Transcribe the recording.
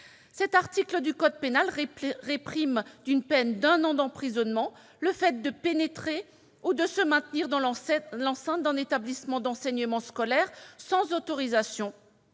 pénal, lequel réprime d'une peine d'un an d'emprisonnement le fait de pénétrer ou de se maintenir dans l'enceinte d'un établissement d'enseignement scolaire sans autorisation.